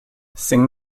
sing